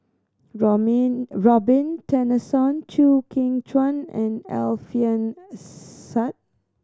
Robin Tessensohn Chew Kheng Chuan and Alfian Sa'at